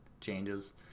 changes